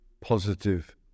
positive